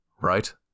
right